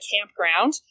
campground